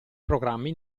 programmi